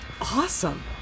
awesome